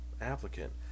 applicant